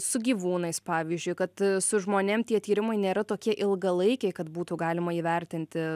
su gyvūnais pavyzdžiui kad su žmonėm tie tyrimai nėra tokie ilgalaikiai kad būtų galima įvertinti